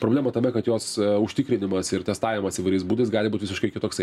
problema tame kad jos užtikrinimas ir testavimas įvairiais būdais gali būt visiškai kitoksai